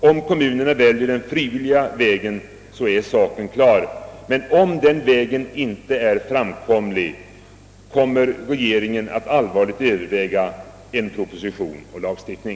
Om kommunerna väljer den frivilliga vägen är saken klar. Men om den vägen inte är framkomlig, kommer regeringen att allvarligt överväga en proposition om lagstiftning.